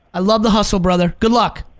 i love the hustle brother, good luck.